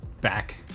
back